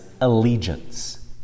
allegiance